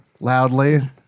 loudly